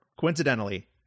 coincidentally